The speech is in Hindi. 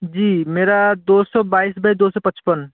जी मेरा दो सौ बाईस बाई दो सौ पचपन